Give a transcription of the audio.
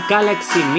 Galaxy